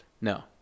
No